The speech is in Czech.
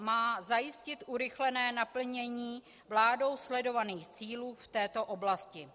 Má zajistit urychlené naplnění vládou sledovaných cílů v této oblasti.